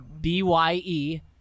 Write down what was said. B-Y-E